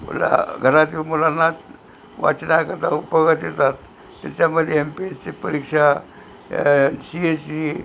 मुला घरातील मुलांना वाचनाकरता उपयोगात येतात त्याच्यामध्ये एम पी एस सी परीक्षा सी एस सी